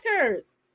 records